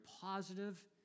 positive